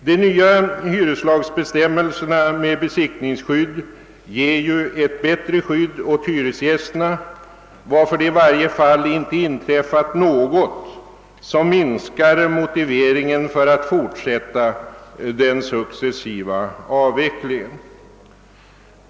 De nya hyreslagsbestämmelserna med <besittningsskydd ger ett bättre skydd åt hyresgästerna, varför det i varje fall inte har inträffat något som minskar motivet för att fortsätta den successiva avvecklingen.